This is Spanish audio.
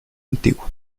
antiguo